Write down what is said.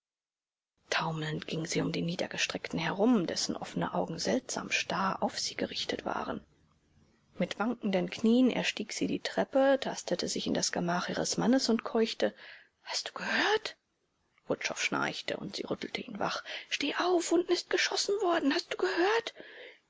taumelnd ging sie um den niedergestreckten herum dessen offene augen seltsam starr auf sie gerichtet waren mit wankenden knien erstieg sie die treppe tastete sich in das gemach ihres mannes und keuchte hast du gehört wutschow schnarchte und sie rüttelte ihn wach steh auf unten ist geschossen worden hast du gehört